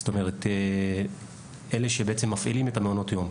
זאת אומרת אלה שבעצם מפעילים את מעונות היום,